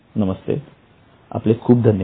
नमस्ते आपले खूप धन्यवाद